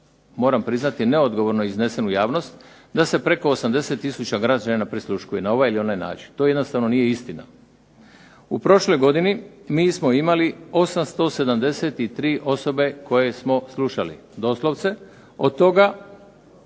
moram priznati neodgovorno iznesen u javnost, da se preko 80 tisuća građana prisluškuje na ovaj ili onaj način. To jednostavno nije istina. U prošloj godini mi smo imali 873 osobe koje smo slušali doslovce, od toga